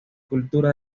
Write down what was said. cultura